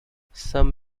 some